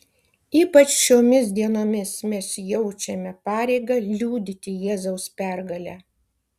ypač šiomis dienomis mes jaučiame pareigą liudyti jėzaus pergalę